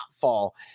fall